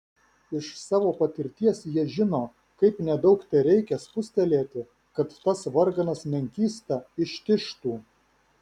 iš savo patirties jie žino kaip nedaug tereikia spustelėti kad tas varganas menkysta ištižtų